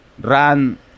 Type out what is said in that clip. run